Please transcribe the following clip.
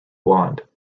blonde